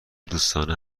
دوستانه